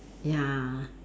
ya